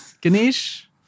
Ganesh